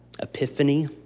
epiphany